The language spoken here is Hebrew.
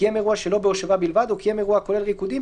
קיים אירוע שלא בהושבה בלבד או קיים אירוע הכולל ריקודים,